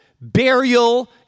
burial